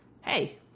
Hey